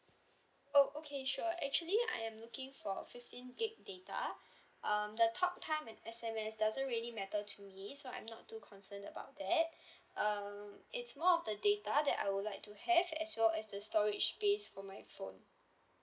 oh okay sure actually I am looking for fifteen gig data um the talk time and S_M_S doesn't really matter to me so I'm not too concerned about that um it's more of the data that I would like to have as well as the storage space for my phone